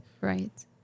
Right